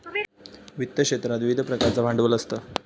वित्त क्षेत्रात विविध प्रकारचा भांडवल असता